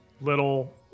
little